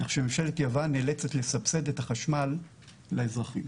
כך שממשלת יוון נאלצת לסבסד את החשמל לאזרחים.